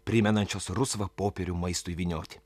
primenančios rusvą popierių maistui vynioti